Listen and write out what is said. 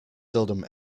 seldom